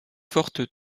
forte